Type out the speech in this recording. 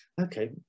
okay